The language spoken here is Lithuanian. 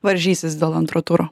varžysis dėl antro turo